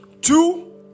Two